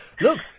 Look